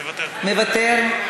מוותר,